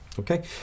Okay